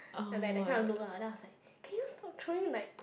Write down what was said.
ya that that kind of look then I was like can you stop throwing like